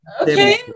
Okay